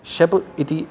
शप् इति